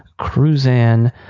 cruzan